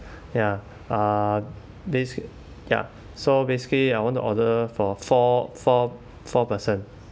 ya uh this ya so basically I want to order for four four four person